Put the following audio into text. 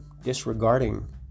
disregarding